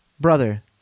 Brother